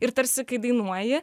ir tarsi kai dainuoji